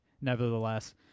nevertheless